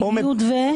של ניוד ו-?